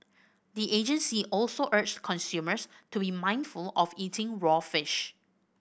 the agency also urged consumers to be mindful of eating raw fish